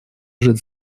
лежит